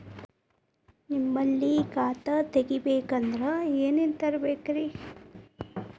ನಿಮ್ಮಲ್ಲಿ ಖಾತಾ ತೆಗಿಬೇಕಂದ್ರ ಏನೇನ ತರಬೇಕ್ರಿ?